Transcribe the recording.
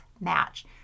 match